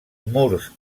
murs